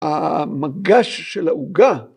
‫המגש של העוגה.